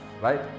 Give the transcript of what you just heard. right